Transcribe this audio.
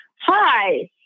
Hi